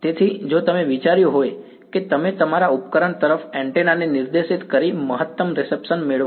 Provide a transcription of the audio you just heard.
તેથી જો તમે વિચાર્યું હોય કે તમે તમારા ઉપકરણ તરફ એન્ટેના ને નિર્દેશ કરીને મહત્તમ રેસેપ્શન મેળવશો